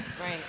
Right